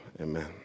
Amen